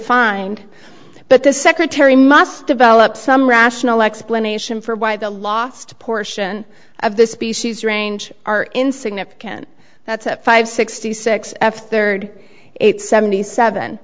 fined but the secretary must develop some rational explanation for why the last portion of the species range are insignificant that's at five sixty six f third seventy seven